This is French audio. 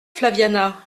flaviana